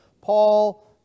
Paul